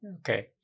Okay